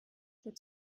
der